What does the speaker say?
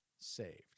Saved